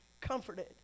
comforted